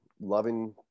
loving